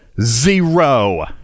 Zero